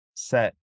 set